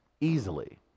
easily